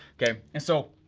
kay, and so,